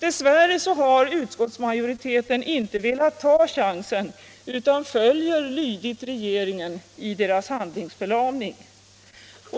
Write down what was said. Dess värre har utskottsmajoriteten inte velat ta chansen utan följer lydigt regeringen i dess handlingsförlamning.